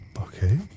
Okay